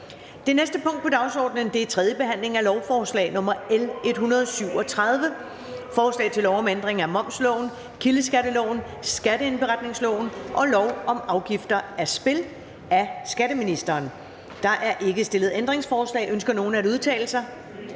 Det næste punkt på dagsordenen er: 6) 3. behandling af lovforslag nr. L 137: Forslag til lov om ændring af momsloven, kildeskatteloven, skatteindberetningsloven og lov om afgifter af spil. (Modernisering af momsreglerne for grænseoverskridende